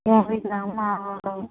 యాభై గ్రాములు ఆవాలు